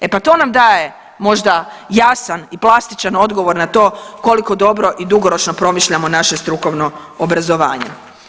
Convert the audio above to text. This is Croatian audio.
E pa to nam daje možda jasan i plastičan odgovor na to koliko dobro i dugoročno promišljamo naše strukovno obrazovanje.